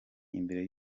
imbere